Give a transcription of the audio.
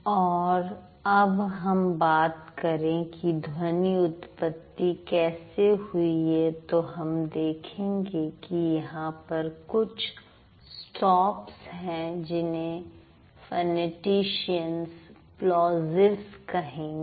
और अब हम बात करें कि ध्वनि उत्पत्ति कैसे हुई है तो हम देखेंगे कि यहां पर कुछ स्टॉप्स है जिन्हें फनेटिश्यंस प्लोजिव्स कहेंगे